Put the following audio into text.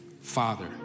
Father